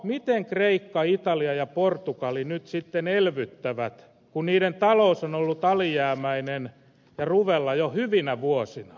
miten kreikka italia ja portugali nyt sitten elvyttävät kun niiden talous on ollut alijäämäinen ja ruvella jo hyvinä vuosina